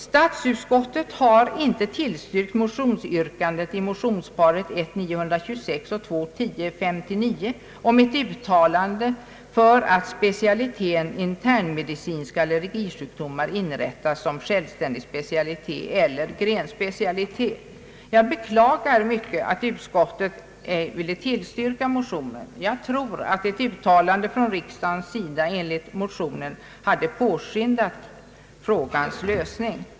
Statsutskottet har inte tillstyrkt yrkandet i motionsparet 1I:926 och 11: 1059 om ett uttalande för att specialiteten internmedicinska allergisjukdomar inrättas som särskild specialitet eller grenspecialitet. Jag beklagar livligt att utskottet ej ville tillstyrka motionen. Jag tror att ett uttalande från riksdagens sida enligt motionen hade påskyndat frågans lösning.